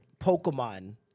Pokemon